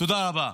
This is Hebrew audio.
תודה רבה.